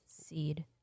Seed